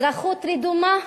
אזרחות רדומה.